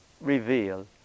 reveal